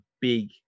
big